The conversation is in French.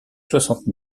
soixante